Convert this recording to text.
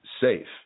safe